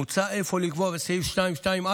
מוצע אפוא לקבוע בסעיף 2(2)(א)